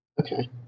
Okay